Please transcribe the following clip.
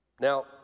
Now